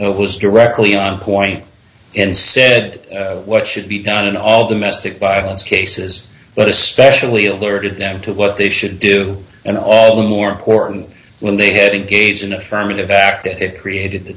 was directly on point and said what should be done in all domestic violence cases but especially alerted them to what they should do and all the more important when they had engaged in affirmative act that created the